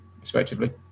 respectively